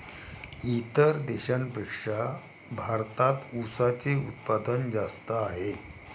इतर देशांपेक्षा भारतात उसाचे उत्पादन जास्त आहे